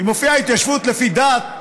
מופיעה התיישבות לפי דת,